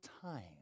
time